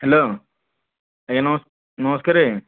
hello ଆଜ୍ଞା ନମସ୍କାର